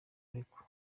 ariko